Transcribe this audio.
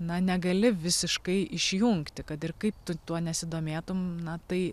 na negali visiškai išjungti kad ir kaip tu tuo nesidomėtum na tai